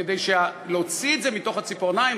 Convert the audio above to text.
כדי להוציא את זה מתוך הציפורניים,